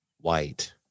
white